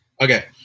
Okay